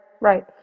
right